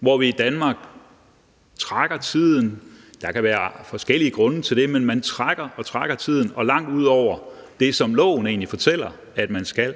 hvor vi i Danmark trækker tiden. Der kan være forskellige grunde til det, men man trækker og trækker tiden og langt ud over det, som loven egentlig fortæller at man skal.